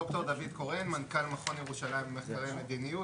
ד"ר דוד קורן מנכ"ל מכון ירושלים למחקרי מדיניות,